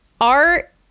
art